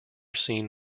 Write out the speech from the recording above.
seen